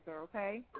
Okay